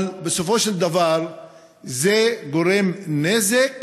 אבל בסופו של דבר זה גורם נזק